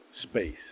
space